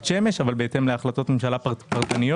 שמש אבל בהתאם להחלטות ממשלה פרטניות.